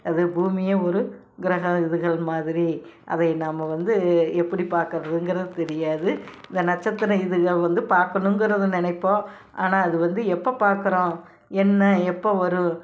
அது பூமியே ஒரு கிரக இதுகள் மாதிரி அதை நாம் வந்து எப்படி பார்க்கறதுங்கிறது தெரியாது இந்த நட்சத்திரம் இதுகள் வந்து பார்க்கணுங்கிறது நினைப்போம் ஆனால் அது வந்து எப்போ பார்க்குறோம் என்ன எப்போ வரும்